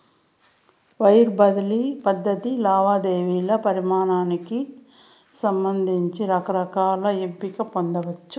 wire బదిలీ పద్ధతి లావాదేవీల పరిమానానికి సంబంధించి రకరకాల ఎంపికలు పొందచ్చు